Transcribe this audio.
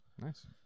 Nice